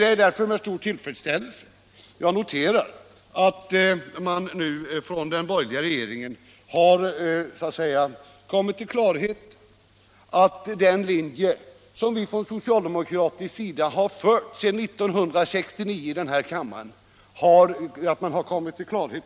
Det är därför med stor tillfredsställelse jag noterar att den borgerliga regeringen nu har kommit till klarhet om att den linje som vi på socialdemokratiskt håll drivit sedan 1969 var riktig.